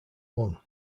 long